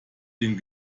den